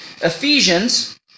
Ephesians